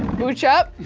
booch up.